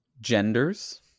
Genders